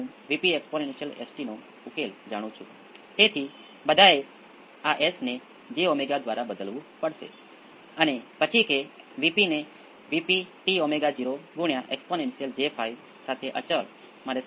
પહેલો કેસ કે જ્યાં મે R 100 Ω ગણાવ્યો હતો તે ઓવર ડેમ્પ્ડ છે અને આ કિસ્સામાં એક અવયવ p 1 એ 0